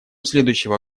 следующего